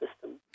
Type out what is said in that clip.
system